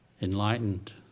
enlightened